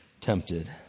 tempted